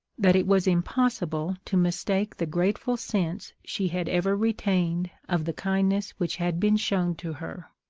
that it was impossible to mistake the grateful sense she had ever retained of the kindness which had been shown to her.